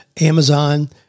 Amazon